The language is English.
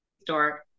store